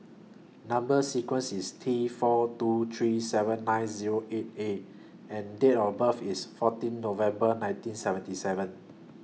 Number sequence IS T four two three seven nine Zero eight A and Date of birth IS fourteen November nineteen seventy seven